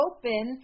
Open